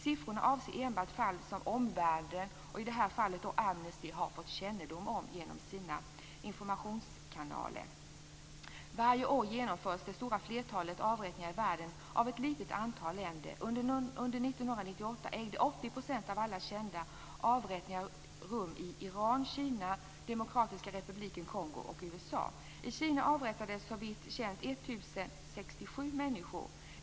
Siffrorna avser enbart fall som omvärlden, i det här fallet Amnesty, har fått kännedom om genom sina informationskanaler. Varje år genomförs det stora flertalet avrättningar i världen av ett litet antal länder. Under 1998 ägde Demokratiska republiken Kongo och USA. I Kina avrättades såvitt känt 1 067 människor.